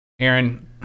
Aaron